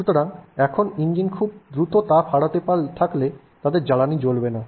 সুতরাং এখন ইঞ্জিন খুব দ্রুত তাপ হারাতে পারলে তাদের জ্বালানী জ্বলবে না